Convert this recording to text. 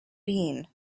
bean